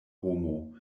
homo